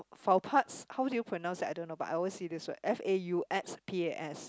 faux pas how do you pronounce it I don't know but I always see this word F A U X P A S